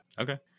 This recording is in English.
Okay